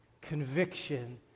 conviction